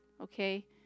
okay